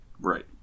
Right